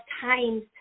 times